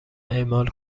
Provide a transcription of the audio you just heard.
اعمال